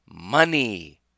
money